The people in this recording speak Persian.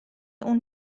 اون